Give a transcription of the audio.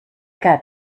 got